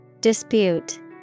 Dispute